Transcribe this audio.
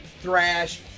thrash